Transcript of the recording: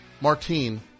Martine